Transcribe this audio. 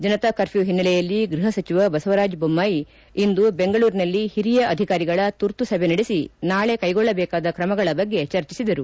Janata curfew ಹಿನ್ನೆಲೆಯಲ್ಲಿ ಗೃಹ ಸಚಿವ ಬಸವರಾಜ ಬೊಮ್ಮಾಯಿ ಇಂದು ಬೆಂಗಳೂರಿನಲ್ಲಿ ಹಿರಿಯ ಅಧಿಕಾರಿಗಳ ತುರ್ತು ಸಭೆ ನಡೆಸಿ ನಾಳೆ ಕೈಗೊಳ್ಳಬೇಕಾದ ಕ್ರಮಗಳ ಬಗ್ಗೆ ಚರ್ಚಿಸಿದರು